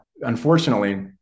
unfortunately